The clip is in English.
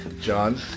John